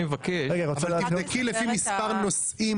מבקש לדחות את הערעור היא בנסיבות הכוללות,